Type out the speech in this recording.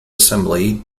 assembly